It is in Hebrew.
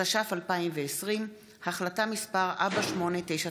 התש"ף 2020, החלטה מס' 4899,